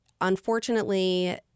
Unfortunately